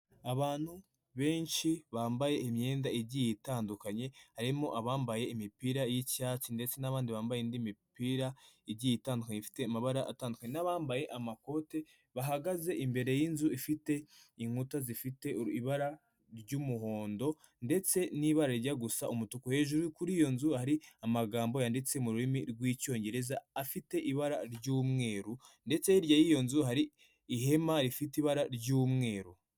Abantu benshi bambaye imyenda igiye itandukanye, harimo abambaye imipira y'icyatsi ndetse nabandi bambaye indi mipira igiye itandukanye ifite amabara n'abambaye amakoti bahagaze imbere y'inzu ifite inkuta zifite ibara ry'umuhondo ndetse n'ibara rijya gusa umutuku, hejuru kuri iyo nzu hari amagambo yanditse mu rurimi rw'icyongereza afite ibara ry'umweru ndetse hirya yiyo nzu hari ihema rifite ibara ry'umweru.